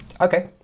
Okay